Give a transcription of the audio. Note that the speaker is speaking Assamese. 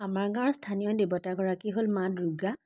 আমাৰ গাঁৱৰ স্থানীয় দেৱতাগৰাকী হ'ল মা দুৰ্গা